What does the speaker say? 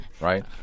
right